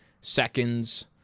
seconds